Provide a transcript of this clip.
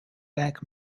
bank